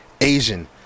Asian